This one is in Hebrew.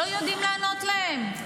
אנו לא יודעים לענות להם.